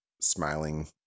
smiling